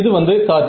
இது வந்து காற்று